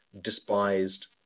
despised